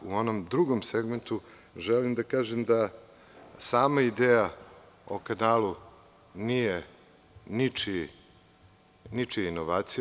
U onom drugom segmentu želim da kažem da sama ideja o kanalu nije ničija inovacija.